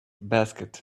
basket